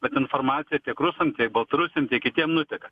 bet informacija tiek rusams tiek baltarusiams tiek kitiem nuteka